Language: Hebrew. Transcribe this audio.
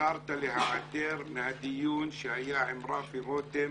בחרת להיעדר מהדיון שהיה עם רפי רותם,